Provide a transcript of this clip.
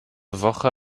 woche